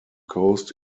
coast